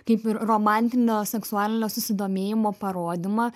kaip ir romantinio seksualinio susidomėjimo parodymą